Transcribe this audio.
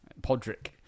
podrick